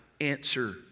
answer